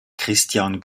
christian